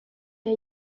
der